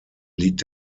liegt